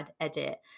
edit